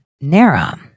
Nara